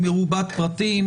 היא מרובת פרטים.